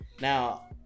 Now